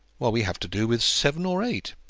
while we have to do with seven or eight.